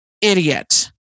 idiot